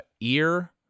ear